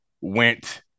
went –